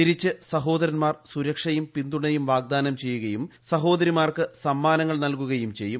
തിരിച്ച് സഹോദരൻമാർ സുരക്ഷയും പിന്തുണയും വാഗ്ദാനം ചെയ്യുകയും സഹോദരിമാർക്ക് സമ്മാനങ്ങൾ നൽകുകയും ചെയ്യും